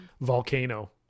Volcano